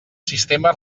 sistema